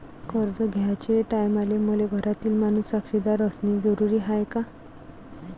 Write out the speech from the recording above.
कर्ज घ्याचे टायमाले मले घरातील माणूस साक्षीदार असणे जरुरी हाय का?